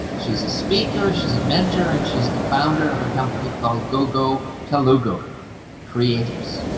she's a speaker. she's a mentor and she's the founder of a company called gogo telugu creators.